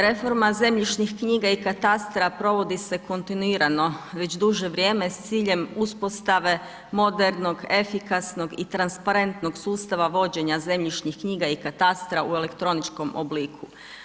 Reforma zemljišnih knjiga i katastra provodi se kontinuirano, već duže vrijeme s ciljem uspostave, modernog, efikasnost i transparentnog sustava vođenje zemljišnih knjiga i katastra u elektroničkom obliku.